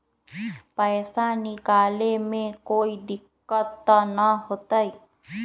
पैसा निकाले में कोई दिक्कत त न होतई?